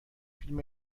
فیلم